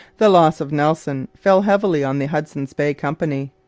the loss of nelson fell heavily on the hudson's bay company.